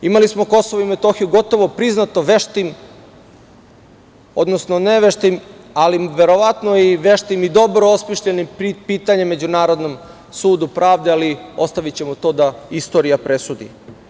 Imali smo KiM gotovo priznato veštim, odnosno neveštim, verovatno i veštim i dobro osmišljenim pitanjem Međunarodnom sudu pravde, ali ostavićemo to da istorija presudi.